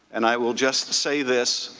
and i will just say this,